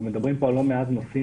אתם מדברים פה על לא מעט נושאים,